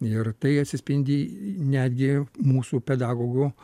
ir tai atsispindi netgi mūsų pedagogų